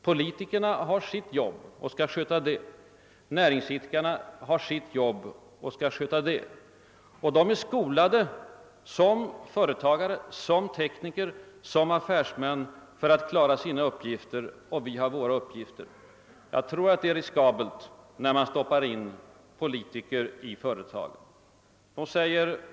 De har sitt jobb och skall sköta det, näringsidkarna har sitt jobb och skall sköta det; de är skolade som företagare, som tekniker, som affärsmän för att klara sina uppgifter; vi politiker har våra uppgifter. Jag tror därför att det är riskabelt att stoppa in politiker i företagen.